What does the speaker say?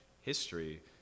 history